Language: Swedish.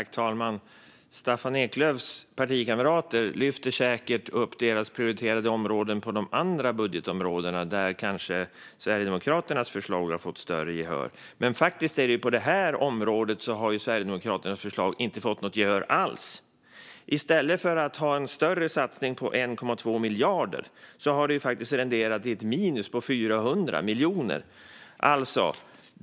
Fru talman! Staffan Eklöfs partikamrater lyfter säkert upp Sverigedemokraternas prioriterade frågor på de andra budgetområdena, där deras förslag har fått större gehör. Men på det här området har Sverigedemokraternas förslag faktiskt inte fått något gehör alls. I stället för en större satsning på 1,2 miljarder har resultatet blivit ett minus på 400 miljoner.